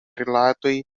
rilatoj